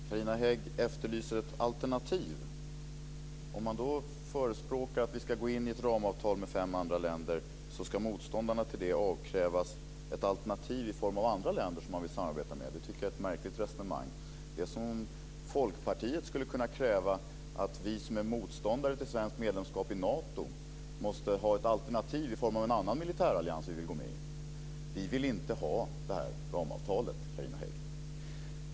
Fru talman! Carina Hägg efterlyser ett alternativ. Om man förespråkar att vi ska gå in i ett ramavtal med fem andra länder ska motståndarna till detta avkrävas ett alternativ i form av andra länder som man vill samarbeta med. Det tycker jag är ett märkligt resonemang. Det är som om Folkpartiet skulle kunna kräva att vi som är motståndare till svenskt medlemskap i Nato måste ha ett alternativ i form av en annan militärallians att gå med i. Vi vill inte ha det här ramavtalet, Carina Hägg.